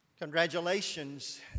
Congratulations